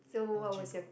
algebra